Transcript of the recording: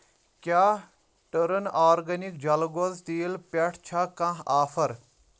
کیٛاہ ٹرٕن آرگینِک جلہٕ گوزٕ تیٖل پٮ۪ٹھ چھےٚ کانٛہہ آفر